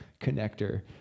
connector